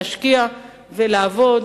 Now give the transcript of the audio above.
להשקיע ולעבוד